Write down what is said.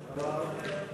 גברתי היושבת-ראש,